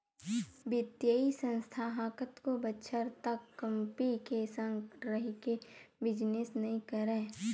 बित्तीय संस्था ह कतको बछर तक कंपी के संग रहिके बिजनेस नइ करय